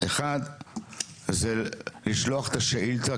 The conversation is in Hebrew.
אחד זה לשלוח את השאילתה,